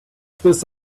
this